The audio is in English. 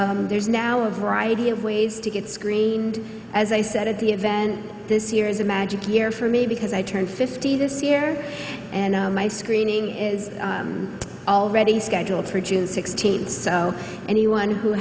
so there's now a variety of ways to get screened as i said at the event this year is a magic year for me because i turned fifty this year and my screening is already scheduled for june sixteenth so anyone who